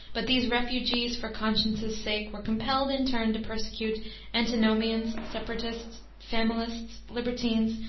but these refugees for conscience' sake were compelled in turn to persecute antinomians, separatists, familists, libertines,